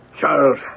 Charles